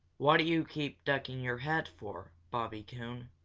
what do you keep ducking your head for, bobby coon?